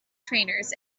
trainers